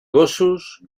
gossos